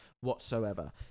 whatsoever